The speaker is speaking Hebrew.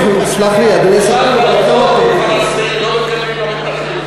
סלח לי, אדוני שר הפנים, אבל אתה מטעה את הכנסת.